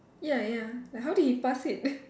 ya ya like how did he pass it